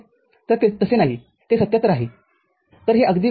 तर ते तसे नाही ते ७७ आहे तर हे अगदी वेगळे आहे